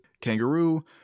Kangaroo